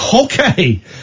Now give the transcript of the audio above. Okay